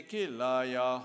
Kilaya